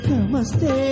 Namaste